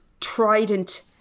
trident